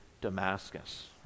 Damascus